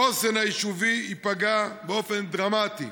החוסן היישובי ייפגע באופן דרמטי.